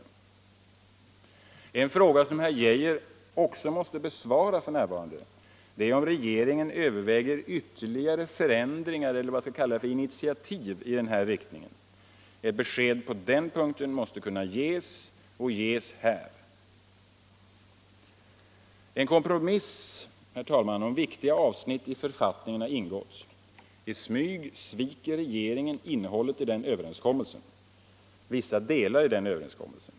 Nr 76 En fråga som herr Geijer också måste besvara är om regeringen över Onsdagen den väger ytterligare förändringar eller initiativ i den här riktningen. Ett be 7 maj 1975 sked på den punkten måste kunna ges — och ges här. En kompromiss, herr talman, om viktiga avsnitt i författningen har — Om åtgärder för att ingåtts. I smyg sviker regeringen innehållet i vissa delar av den över — avskaffa påminnelenskommelsen.